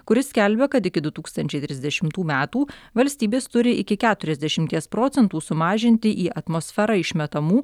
kuris skelbia kad iki du tūkstančiai trisdešimtų metų valstybės turi iki keturiasdešimties procentų sumažinti į atmosferą išmetamų